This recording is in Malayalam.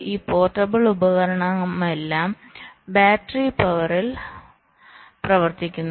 ഈ പോർട്ടബിൾ ഉപകരണമെല്ലാം ബാറ്ററി പവറിൽ പ്രവർത്തിക്കുന്നു